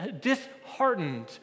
disheartened